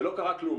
ולא קרה כלום.